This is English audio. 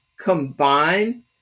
combine